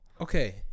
Okay